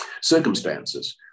circumstances